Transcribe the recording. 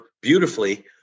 beautifully